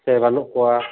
ᱥᱮ ᱵᱟᱹᱱᱩᱜ ᱠᱚᱣᱟ